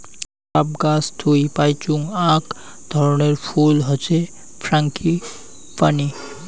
shrub গাছ থুই পাইচুঙ আক ধরণের ফুল হসে ফ্রাঙ্গিপানি